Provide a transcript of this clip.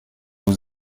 aux